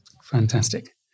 Fantastic